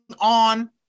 on